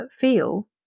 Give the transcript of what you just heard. feel